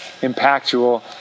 impactful